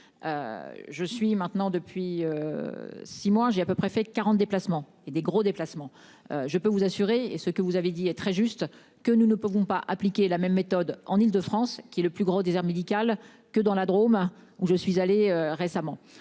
Je suis maintenant depuis. 6 mois j'ai à peu près fait 40 déplacements et des gros déplacement. Je peux vous assurer, est ce que vous avez dit est très juste, que nous ne pouvons pas appliquer la même méthode en Île-de-France qui est le plus grand désert médical que dans la Drôme où je suis allé récemment,